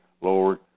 lord